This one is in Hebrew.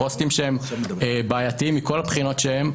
פוסטים בעייתיים מכל בחינה שהיא,